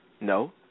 No